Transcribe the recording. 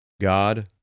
God